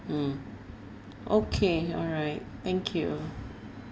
mm okay alright thank you